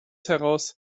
heraus